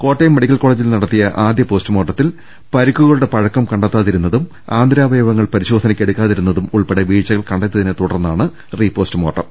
Kottayam medical കോളജിൽ നടത്തിയ ആദ്യ പോസ്റ്റു മോർട്ടത്തിൽ പരിക്കുകളുടെ പഴക്കം കണ്ടെത്താതിരുന്നതും ആന്തരാവയ വങ്ങൾ പരിശോധനക്ക് എടുക്കാതിരുന്നതും ഉൾപ്പെടെ വീഴ്ചകൾ കണ്ടെത്തി യതിനെ തുടർന്നാണ് റീ പോസ്റ്റുമോർട്ടം